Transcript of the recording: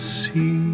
see